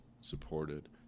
supported